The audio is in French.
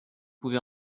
pouvez